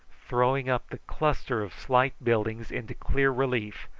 throwing up the cluster of slight buildings into clear relief,